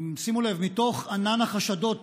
שימו לב, מתוך ענן החשדות